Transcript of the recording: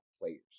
players